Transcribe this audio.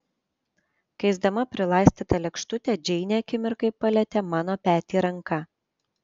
keisdama prilaistytą lėkštutę džeinė akimirkai palietė mano petį ranka